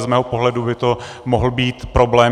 Z mého pohledu by to mohl být problém.